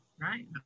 Right